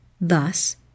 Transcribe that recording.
Thus